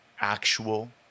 actual